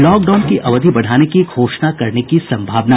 lockdown की अवधि बढ़ाने की घोषणा करने की संभावना